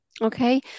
Okay